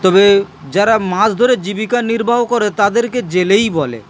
তবে যারা মাছ ধরে জীবিকা নির্বাহ করে তাদেরকে জেলেই বলে